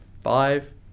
five